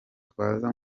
twaza